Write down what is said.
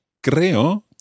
Creo